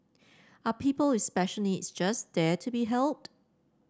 are people with special needs just there to be helped